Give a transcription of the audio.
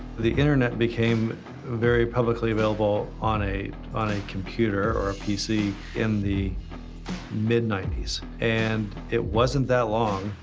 the internet became very publicly available on a on a computer or a pc in the mid ninety s and it wasn't that long,